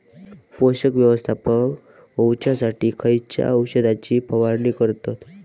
पोषक व्यवस्थापन होऊच्यासाठी खयच्या औषधाची फवारणी करतत?